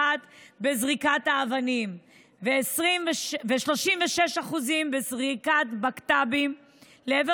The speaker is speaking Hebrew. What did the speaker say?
בזריקת האבנים ב-2021 ו-36% בזריקת בקת"בים על ידי